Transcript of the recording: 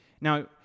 Now